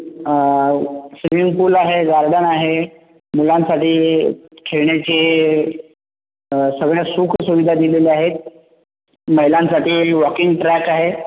swimming pool आहे garden आहे मुलांसाठी खेळण्याचे सगळ्या सुखसुविधा दिलेल्या आहेत महिलांसाठी वॉकिंग ट्रॅक आहे